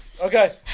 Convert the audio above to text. Okay